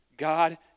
God